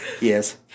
Yes